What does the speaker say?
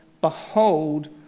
Behold